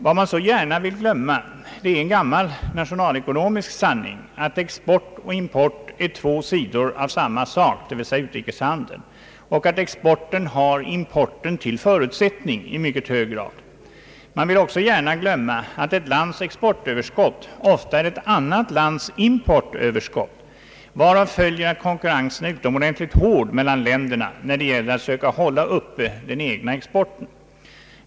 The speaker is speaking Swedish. Vad man så gärna vill glömma är en gammal nationalekonomisk sanning att export och import är två sidor av samma sak, dvs. utrikeshandeln, och att exporten har importen till förutsättning i mycket hög grad. Man vill också gärna glömma att ett lands exportöverskott ofta är ett annat lands importöverskott, varav följer att konkurrensen är utomordentligt hård mellan länderna när det gäller att söka hålla uppe den egna exporten.